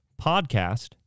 podcast